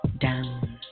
down